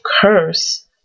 curse